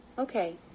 Okay